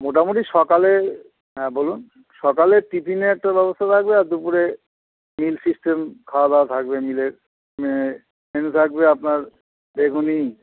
মোটামুটি সকালে হ্যাঁ বলুন সকালে টিফিনে একটা ব্যবস্থা থাকবে আর দুপুরে মিল সিস্টেম খাওয়াদাওয়া থাকবে মিলের মেনু থাকবে আপনার বেগুনি